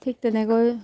ঠিক তেনেকৈ